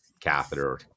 catheter